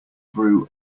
brew